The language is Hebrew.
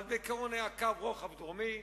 אבל בעיקרון היה קו רוחב דרומי,